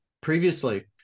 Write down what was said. Previously